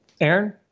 aaron